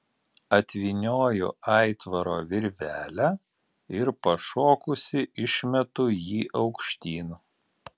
atvynioju aitvaro virvelę ir pašokusi išmetu jį aukštyn